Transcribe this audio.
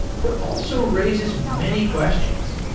but also raises many questions.